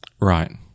Right